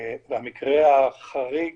המקרה החריג